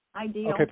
ideal